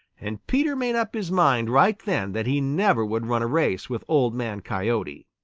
and peter made up his mind right then that he never would run a race with old man coyote.